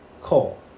coal